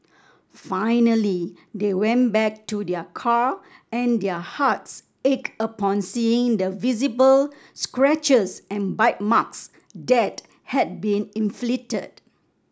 finally they went back to their car and their hearts ached upon seeing the visible scratches and bite marks that had been inflicted